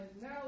now